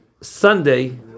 Sunday